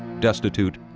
destitute,